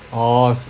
orh